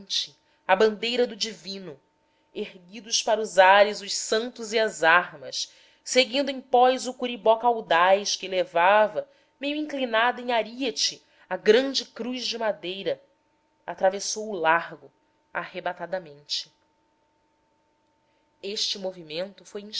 ondulante a bandeira do divino erguidos para os ares os santos e as armas seguindo empós o curiboca audaz que levava meio inclinada em aríete a grande cruz de madeira atravessou o largo arrebatadamente este movimento foi